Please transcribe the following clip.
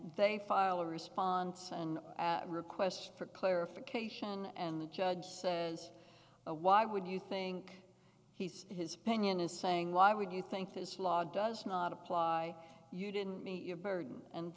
they file a response and requests for clarification and the judge says why would you think he's his opinion is saying why would you think this law does not apply you didn't meet your burden and